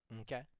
Okay